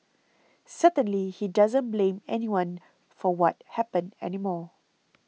certainly he doesn't blame anyone for what happened anymore